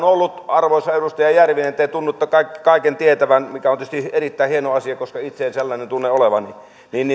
ollut arvoisa edustaja järvinen te tunnutte kaiken tietävän mikä on tietysti erittäin hieno asia koska itse en sellainen tunne olevani